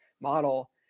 model